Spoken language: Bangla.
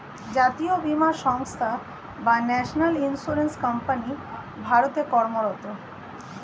জাতীয় বীমা সংস্থা বা ন্যাশনাল ইন্স্যুরেন্স কোম্পানি ভারতে কর্মরত